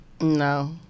No